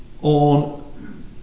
on